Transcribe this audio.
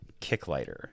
Kicklighter